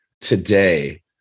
today